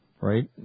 right